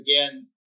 again